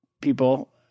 people